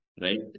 right